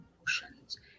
emotions